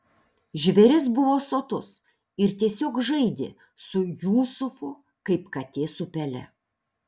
žvėris buvo sotus ir tiesiog žaidė su jusufu kaip katė su pele